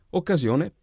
occasione